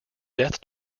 death